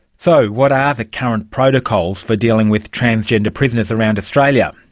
so, what are the current protocols for dealing with transgender prisoners around australia?